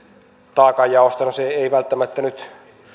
taakanjaosta no se ei välttämättä nyt